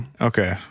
Okay